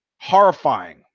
Horrifying